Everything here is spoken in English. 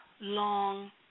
long